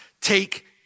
Take